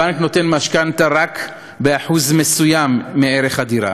הבנק נותן משכנתה רק בשיעור מסוים מערך הדירה,